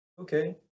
okay